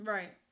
Right